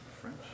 French